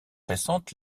récente